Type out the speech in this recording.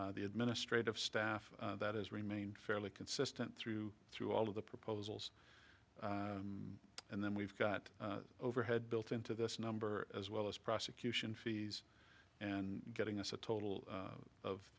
the administrative staff that has remained fairly consistent through through all of the proposals and then we've got overhead built into this number as well as prosecution fees and getting us a total